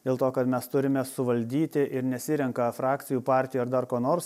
dėl to kad mes turime suvaldyti ir nesirenka frakcijų partijų ar dar ko nors